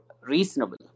reasonable